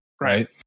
right